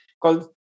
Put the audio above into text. called